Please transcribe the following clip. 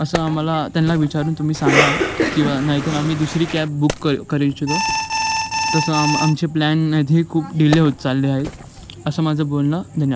असं आम्हाला त्यांना विचारून तुम्ही सांगा किंवा नाहीतर आम्ही दुसरी कॅब बुक कर करु इच्छितो तसं आम आमचे प्लॅन नाहीत खूप डिले होत चालले आहेत असं माझं बोलणं धन्यवाद